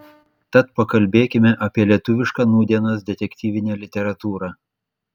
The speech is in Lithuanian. tad pakalbėkime apie lietuvišką nūdienos detektyvinę literatūrą